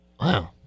Wow